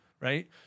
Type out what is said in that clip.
right